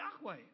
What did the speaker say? Yahweh